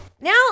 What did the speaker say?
now